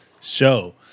Show